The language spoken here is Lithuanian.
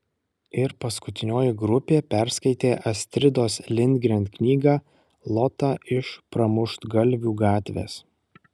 ir paskutinioji grupė perskaitė astridos lindgren knygą lota iš pramuštgalvių gatvės